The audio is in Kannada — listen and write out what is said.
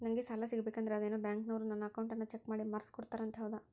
ನಂಗೆ ಸಾಲ ಸಿಗಬೇಕಂದರ ಅದೇನೋ ಬ್ಯಾಂಕನವರು ನನ್ನ ಅಕೌಂಟನ್ನ ಚೆಕ್ ಮಾಡಿ ಮಾರ್ಕ್ಸ್ ಕೊಡ್ತಾರಂತೆ ಹೌದಾ?